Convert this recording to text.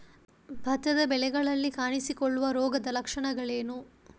ಭತ್ತದ ಬೆಳೆಗಳಲ್ಲಿ ಕಾಣಿಸಿಕೊಳ್ಳುವ ರೋಗದ ಲಕ್ಷಣಗಳೇನು?